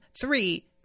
Three